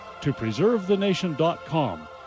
topreservethenation.com